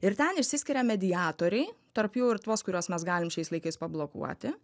ir ten išsiskiria mediatoriai tarp jų ir tuos kuriuos mes galim šiais laikais pablokuoti